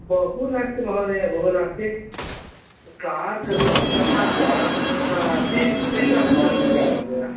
बहु नास्ति महोदय बहु नास्ति कार् खलु अतः त्रिः त्रिसहस्रं भवति महोदय